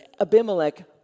Abimelech